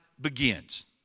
begins